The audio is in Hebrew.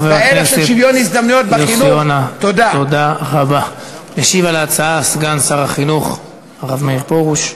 אנא הצביעו על הצעת החוק הזו,